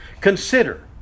Consider